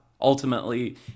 Ultimately